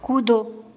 कूदो